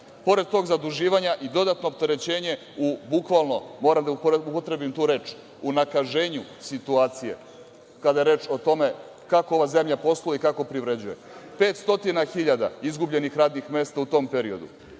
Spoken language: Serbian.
Pored tog zaduživanja i dodatno opterećenje u bukvalno, moram da upotrebim tu reči, unakaženju situacije, kada je reč o tome kako ova zemlja posluje i kako privređuje. Pet stotina hiljada izgubljenih radnih mesta u tom periodu.